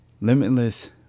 limitless